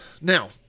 Now